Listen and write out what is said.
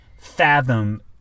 fathom